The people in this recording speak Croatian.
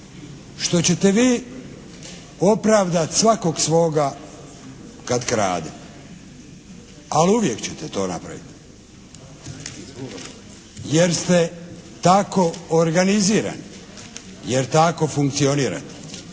što ćete vi opravdati svakog svoga kad krade, ali uvijek ćete to napraviti, jer ste tako organizirani, jer tako funkcionirate.